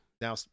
Now